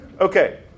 Okay